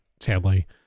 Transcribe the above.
sadly